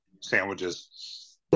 sandwiches